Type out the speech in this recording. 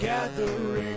Gathering